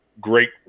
great